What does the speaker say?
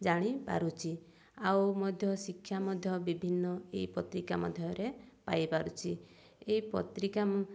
ଜାଣିପାରୁଛି ଆଉ ମଧ୍ୟ ଶିକ୍ଷା ମଧ୍ୟ ବିଭିନ୍ନ ଏହି ପତ୍ରିକା ମଧ୍ୟରେ ପାଇପାରୁଛି ଏଇ ପତ୍ରିକା